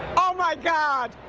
oh my god,